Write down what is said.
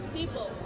People